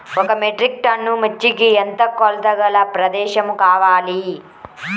ఒక metric ton మిర్చికి ఎంత కొలతగల ప్రదేశము కావాలీ?